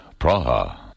Praha